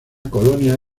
colonia